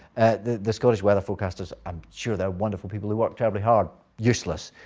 the the scottish weather forecasters. i'm sure they're wonderful people who work terribly hard. useless.